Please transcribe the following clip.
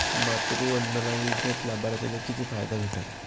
मातृवंदना योजनेत लाभार्थ्याले किती फायदा भेटन?